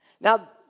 Now